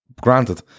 granted